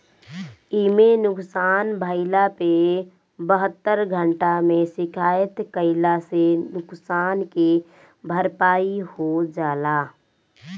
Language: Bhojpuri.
इमे नुकसान भइला पे बहत्तर घंटा में शिकायत कईला से नुकसान के भरपाई हो जाला